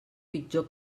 pitjor